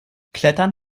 klettern